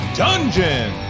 dungeon